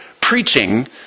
preaching